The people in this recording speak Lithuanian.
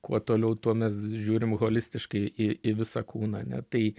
kuo toliau tuo mes žiūrim holistiškai į į visą kūną ane tai